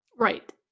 Right